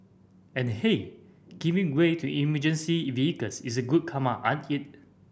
and hey giving way to emergency in vehicles is good karma ain't it